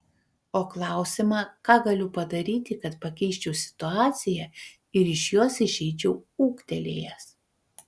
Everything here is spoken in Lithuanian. o klausimą ką galiu padaryti kad pakeisčiau situaciją ir iš jos išeičiau ūgtelėjęs